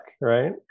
right